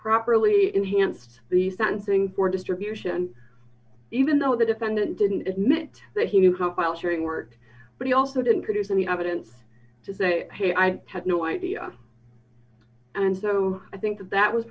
properly enhanced the sentencing for distribution even though the defendant didn't admit that he knew how file sharing work but he also didn't produce any evidence to say hey i had no idea and so i think that